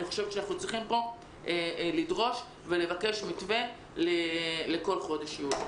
אני חושבת שאנחנו צריכים לדרוש מתווה לכל חודש יולי.